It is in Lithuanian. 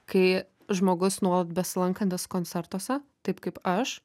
kai žmogus nuolat besilankantis koncertuose taip kaip aš